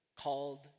called